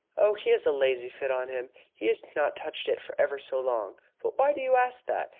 oh, he has a lazy fit on him. he has not touched it for ever so long. but why do you ask that?